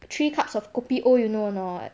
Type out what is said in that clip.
three cups of kopi O you know or not